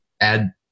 add